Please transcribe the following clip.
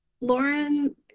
Lauren